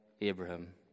abraham